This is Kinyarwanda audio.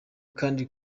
kandi